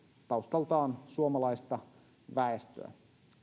taustaltaan suomalaista väestöä